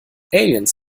aliens